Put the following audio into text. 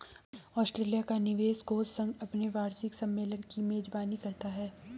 Australia का निवेश कोष संघ अपने वार्षिक सम्मेलन की मेजबानी करता है